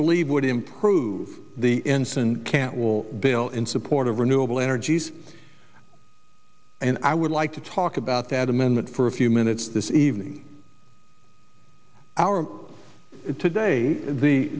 believe would improve the infant can't will bill in support of renewable energies and i would like to talk about that amendment for a few minutes this is evening our today the